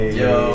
yo